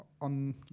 on